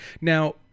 Now